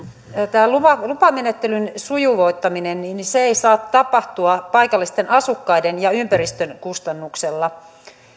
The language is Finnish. tämä lupamenettelyn sujuvoittaminen ei saa tapahtua paikallisten asukkaiden ja ympäristön kustannuksella